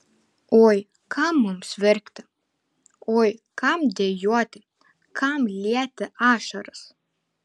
oi kam mums verkti oi kam dejuoti kam lieti ašaras